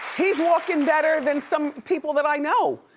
he's walking better than some people that i know.